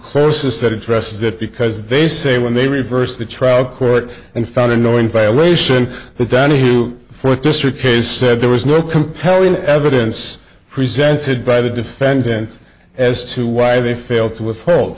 closest address that because they say when they reversed the trial court and found a knowing violation of the data you fourth district case said there was no compelling evidence presented by the defendant as to why they failed to withhold